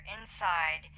inside